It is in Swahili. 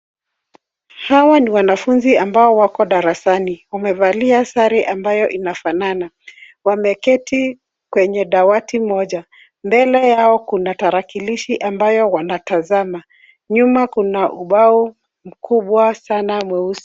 Hawa ni wanafunzi ambao wako darasani wamevalia sare ambayo inafanana wameketi kwenye dawati moja. Mbele yao kuna tarakilishi ambayo wanatazama nyuma kuna ubao mkubwa sana mweusi.